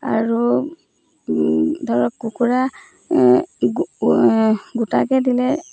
আৰু ধৰক কুকুৰা গোটাকৈ দিলে